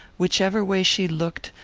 whichever way she looked,